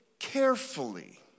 carefully